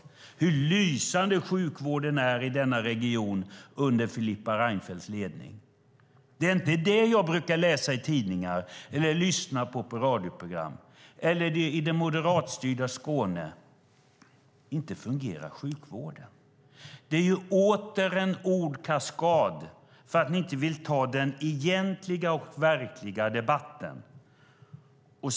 Tala om hur lysande sjukvården är i denna region under Filippa Reinfeldts ledning! Det är inte det jag brukar läsa i tidningar eller höra när jag lyssnar på radioprogram. Det är inte det jag ser i det moderatstyrda Skåne. Inte fungerar sjukvården! Detta är åter en ordkaskad för att ni inte vill ta den egentliga och verkliga debatten.